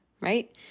right